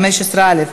15א,